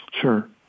Sure